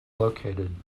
located